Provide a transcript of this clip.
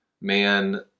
man